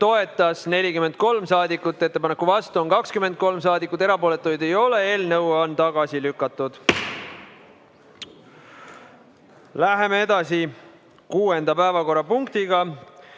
toetas 43 saadikut, ettepaneku vastu on 23 saadikut, erapooletuid ei ole. Eelnõu on tagasi lükatud. Läheme edasi kuuenda päevakorrapunktiga.